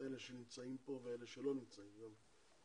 אלה שנמצאים כאן ואלה שלא נמצאים כאן.